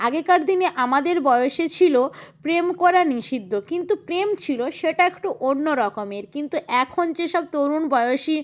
আগেকার দিনে আমাদের বয়সে ছিলো প্রেম করা নিষিদ্ধ কিন্তু প্রেম ছিলো সেটা একটু অন্য রকমের কিন্তু এখন যে সব তরুণ বয়সী